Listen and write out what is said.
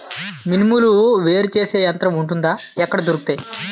మినుములు వేరు చేసే యంత్రం వుంటుందా? ఎక్కడ దొరుకుతాయి?